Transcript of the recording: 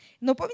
no